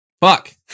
fuck